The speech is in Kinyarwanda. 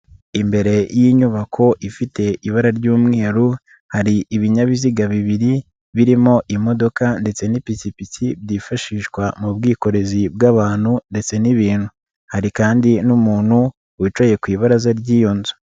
Imbere y'inyubako ifite ibara ry'umweru hari ibinyabiziga bibiri birimo imodoka ndetse n'ipikipiki byifashishwa mu bwikorezi bw'abantu ndetse n'ibintu, hari kandi n'umuntu wicaye ku ibaraza ry'iyo nzu.